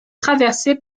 traversée